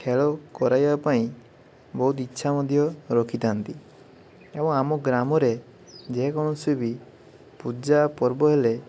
ଖେଳ କରାଇବା ପାଇଁ ବହୁତ ଇଚ୍ଛା ମଧ୍ୟ ରଖିଥାନ୍ତି ଏବଂ ଆମ ଗ୍ରାମରେ ଯେ କୌଣସି ବି ପୂଜାପର୍ବ ହେଲେ